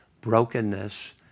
brokenness